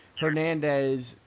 Hernandez